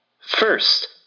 First